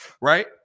right